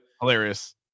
Hilarious